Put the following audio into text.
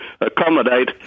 accommodate